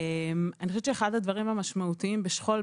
אני חושבת שאחד הדברים המשמעותיים בשכול,